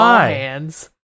hands